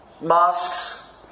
mosques